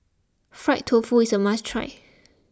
Fried Tofu is a must try